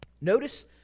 Notice